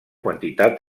quantitat